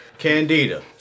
Candida